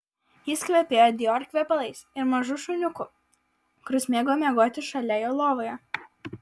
jis kvepėjo dior kvepalais ir mažu šuniuku kuris mėgo miegoti šalia jo lovoje